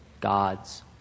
God's